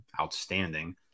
outstanding